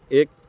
ایک